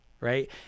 right